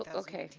but okay.